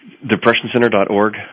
DepressionCenter.org